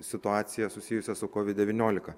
situaciją susijusią su kovid devyniolika